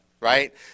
right